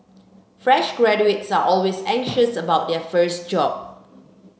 fresh graduates are always anxious about their first job